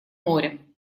морем